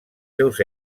seus